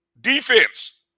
defense